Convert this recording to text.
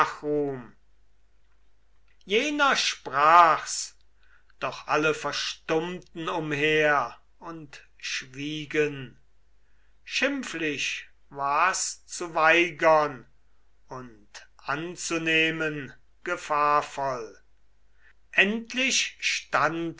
jener sprach's doch alle verstummten umher und schwiegen schimpflich war's zu weigern und anzunehmen gefahrvoll endlich stand